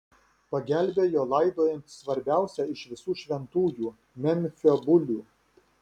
pagelbėjo laidojant svarbiausią iš visų šventųjų memfio bulių